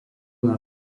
nad